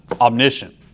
omniscient